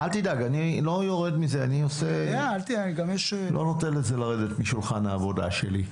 אל תדאג, אני לא אתן לזה לרדת משולחן העבודה שלי.